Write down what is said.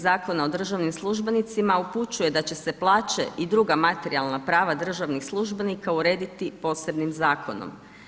Zakona o državnim službenicima upućuje da će se plaće i druga materijalna prava državnih službenika urediti posebnim zakonom.